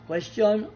Question